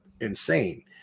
insane